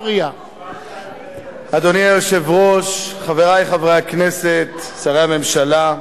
אדוני היושב-ראש, חברי חברי הכנסת, שרי הממשלה,